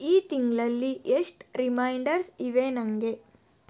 ಈ ತಿಂಗಳಲ್ಲಿ ಎಷ್ಟು ರಿಮೈಂಡರ್ಸ್ ಇವೆ ನನಗೆ